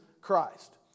Christ